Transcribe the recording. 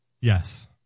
Yes